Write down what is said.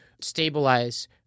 stabilize